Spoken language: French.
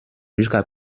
jusqu’à